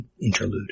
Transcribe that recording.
interlude